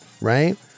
Right